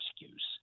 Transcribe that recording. excuse